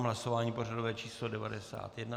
Hlasování pořadové číslo 91.